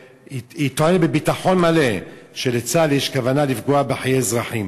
טוענת בביטחון מלא שלצה"ל יש כוונה לפגוע בחיי אזרחים.